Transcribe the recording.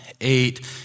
eight